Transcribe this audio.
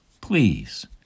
please